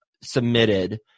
submitted